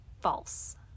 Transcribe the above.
false